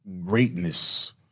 greatness